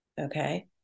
Okay